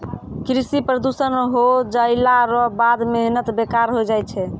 कृषि प्रदूषण हो जैला रो बाद मेहनत बेकार होय जाय छै